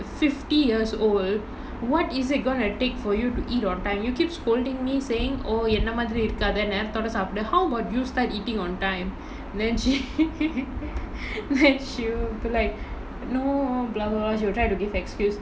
fifty years old what is it gonna take for you to eat on time you keep scolding me saying oh என்ன மாதிரி இருக்காத நேரத்தோட சாப்புடு:enna maathiri irukaatha naerathoda saapudu how about you start eating on time then she then she'll like no she will try to give excuse